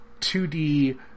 2D